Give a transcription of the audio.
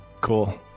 Cool